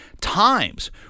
times